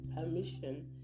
permission